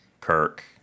Kirk